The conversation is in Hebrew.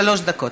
שלוש דקות.